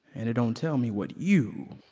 and it don't tell me what you